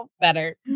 better